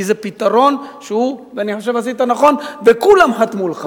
כי זה פתרון, אני חושב שעשית נכון וכולם חתמו לך